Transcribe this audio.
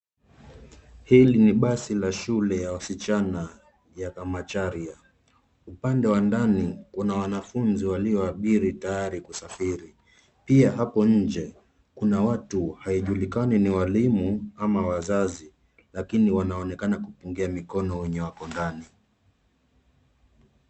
Hili ni basi la shule ya wasichana ya Kamacharia. Upande wa ndani kuna wanafunzi walioabiri tayari kusafiri. Pia hapo nje kuna watu haijulikani ni walimu ama wazazi lakini wanaonekana kuwapungia mikono wenye wako ndani.